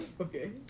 Okay